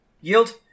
Yield